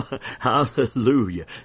Hallelujah